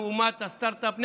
אנחנו סטרטאפ ניישן,